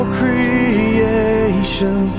creation